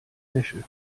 wäsche